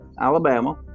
Alabama